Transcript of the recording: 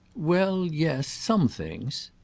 well, yes some things.